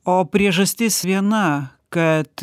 o priežastis viena kad